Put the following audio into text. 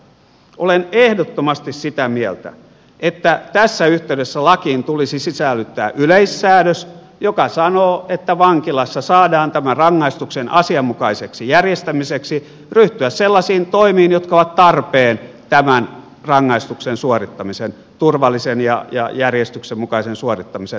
olen ehdottomasti sitä mieltä että tässä yhteydessä lakiin tulisi sisällyttää yleissäädös joka sanoo että vankilassa saadaan tämän rangaistuksen asianmukaiseksi järjestämiseksi ryhtyä sellaisiin toimiin jotka ovat tarpeen tämän rangaistuksen turvallisen ja järjestyksen mukaisen suorittamisen varmistamiseksi